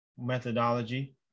methodology